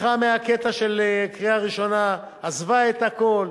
לקחה מהקטע של קריאה ראשונה, עזבה את הכול,